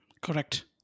Correct